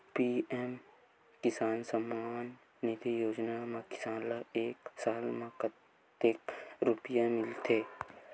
PM किसान सम्मान निधी योजना म किसान ल एक साल म कतेक रुपिया मिलथे?